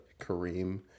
Kareem